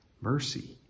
mercy